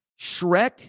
Shrek